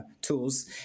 tools